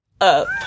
up